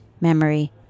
memory